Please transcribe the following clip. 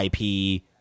IP